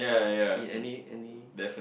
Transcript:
yea any any